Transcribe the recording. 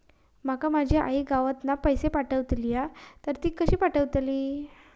माका माझी आई गावातना पैसे पाठवतीला तर ती कशी पाठवतली?